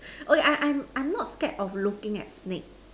oh yeah yeah I am I am not scared of looking at snakes